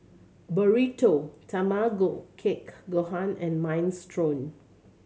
Burrito Tamago Kake Gohan and Minestrone